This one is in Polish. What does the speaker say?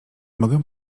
mogę